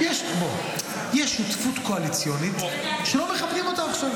יש שותפות קואליציונית, שלא מכבדים אותה עכשיו.